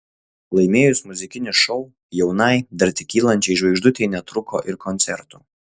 laimėjus muzikinį šou jaunai dar tik kylančiai žvaigždutei netrūko ir koncertų